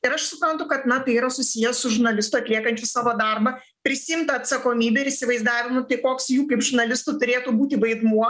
ir aš suprantu kad na tai yra susiję su žurnalistu atliekančiu savo darbą prisiimt atsakomybę ir įsivaizdavimą tai koks jų kaip žurnalistų turėtų būti vaidmuo